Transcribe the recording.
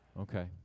Okay